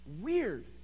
weird